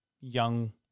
young